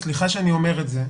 סליחה שאני אומר את זה,